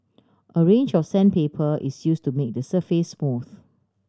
a range of sandpaper is use to make the surface smooth